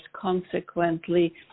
consequently